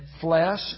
flesh